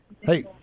Hey